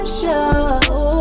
show